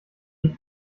die